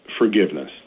forgiveness